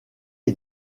est